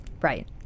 Right